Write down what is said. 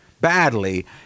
badly